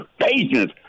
patience